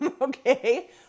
okay